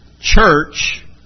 church